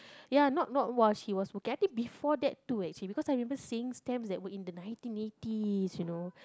ya not not [wah] she was working I think before that too actually because I remember seeing stamps that were in the nineteen eighties you know